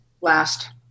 last